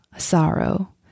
sorrow